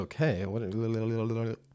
okay